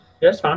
Yes